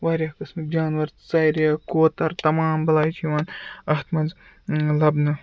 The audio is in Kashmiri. واریاہ قٕسمٕکۍ جانوَر ژَرِ کوتَر تَمام بَلاے چھِ یِوان اَتھ منٛز لَبنہٕ